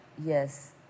Yes